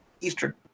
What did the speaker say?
Eastern